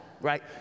right